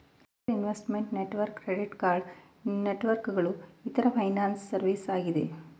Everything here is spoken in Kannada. angel investment network, credit card networks ಗಳು ಇತರ ಫೈನಾನ್ಸಿಯಲ್ ಸರ್ವಿಸ್ ಆಗಿದೆ